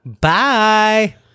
Bye